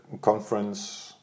conference